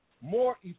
more